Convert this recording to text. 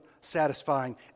satisfying